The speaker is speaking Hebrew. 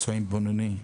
פצועים בינוני,